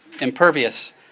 impervious